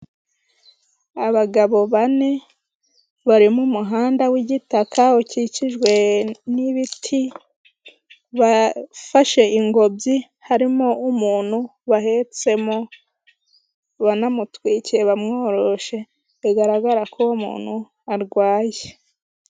Abagabo bane bari mu muhanda w'igitaka ukikijwe n'ibiti, bafashe ingobyi harimo umuntu bahetsemo, banamutwikiriye, bamworoshe, bigaragara ko uwo umuntu arwaye.